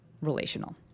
relational